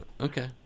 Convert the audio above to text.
Okay